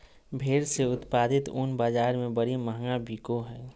भेड़ से उत्पादित ऊन बाज़ार में बड़ी महंगा बिको हइ